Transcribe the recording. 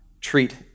treat